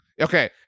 Okay